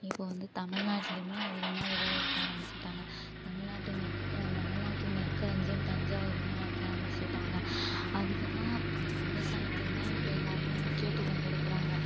இப்போ வந்து தமிழ்நாட்லியுமே அதிகமாக விளைவிக்க ஆரம்பிச்சுட்டாங்க தமிழ்நாட்டின் நெற் தமிழ்நாட்டின் நெற்களஞ்சியம் தஞ்சாவூருனு அழைக்க ஆரம்பிச்சுட்டாங்க அதிகமாக விவசாயத்துக்கு தான் இப்போ எல்லோருமே முக்கியத்துவம் கொடுக்கறாங்க